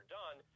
done